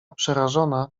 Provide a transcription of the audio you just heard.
przerażona